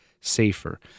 safer